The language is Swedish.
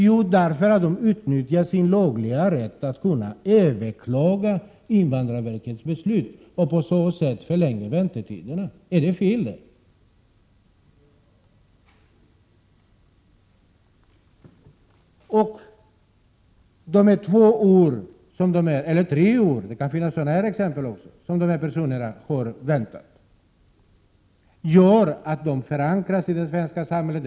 Jo, därför att de utnyttjar sin lagliga rätt att överklaga invandrarverkets beslut och på så sätt förlänger väntetiderna. Är det fel? De två eller t.o.m. tre år — det finns sådana exempel också — som dessa personer får vänta, det gör att de förankras i det svenska samhället.